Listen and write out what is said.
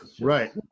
right